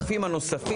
ה-30 רופאים הנוספים,